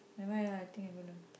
never mind lah I think I gonna